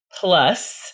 plus